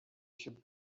should